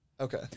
Okay